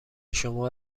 شما